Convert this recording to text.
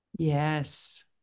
Yes